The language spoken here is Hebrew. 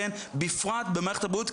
בפרט במערכת הבריאות,